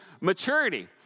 maturity